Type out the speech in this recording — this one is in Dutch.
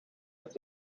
met